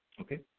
Okay